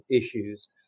issues